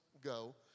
go